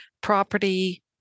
property